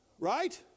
Right